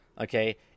Okay